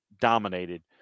dominated